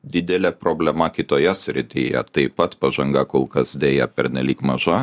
didelė problema kitoje srityje taip pat pažanga kol kas deja pernelyg maža